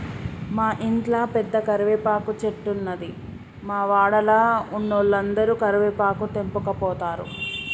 మా ఇంట్ల పెద్ద కరివేపాకు చెట్టున్నది, మా వాడల ఉన్నోలందరు కరివేపాకు తెంపకపోతారు